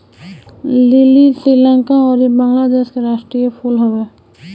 लीली श्रीलंका अउरी बंगलादेश के राष्ट्रीय फूल हवे